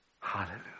Hallelujah